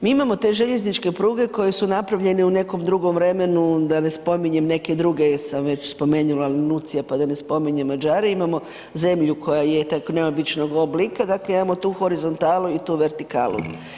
Mi imamo te željezničke pruge koje su napravljene u nekom drugom vremenu, da ne spominjem neke druge jer sam već spomenula Lenuzzija pa da ne spominjem Mađare, imamo zemlju koja je tako neobičnog oblika, dakle imamo tu horizontalu i tu vertikalu.